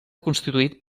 constituït